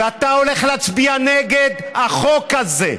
ואתה הולך להצביע נגד החוק הזה.